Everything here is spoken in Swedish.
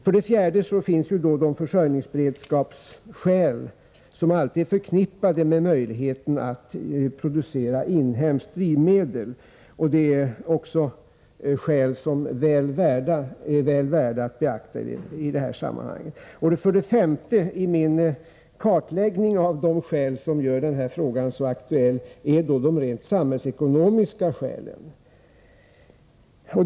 För det fjärde finns de försörjningsberedskapsskäl som alltid är förknippade med möjligheten att producera inhemskt drivmedel. Det är också skäl som är väl värda att beakta i detta sammanhang. För det femte i min kartläggning av de skäl som gör den här frågan så aktuell har vi då de rent samhällsekonomiska skälen.